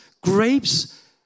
grapes